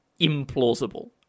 implausible